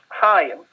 Hi